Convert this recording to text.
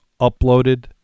uploaded